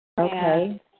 Okay